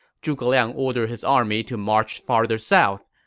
zhuge liang ordered his army to march farther south.